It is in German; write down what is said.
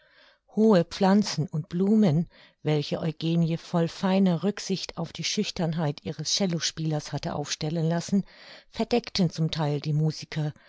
hohe pflanzen und blumen welche eugenie voll feiner rücksicht auf die schüchternheit ihres cellospielers hatte aufstellen lassen verdeckten zum theil die musiker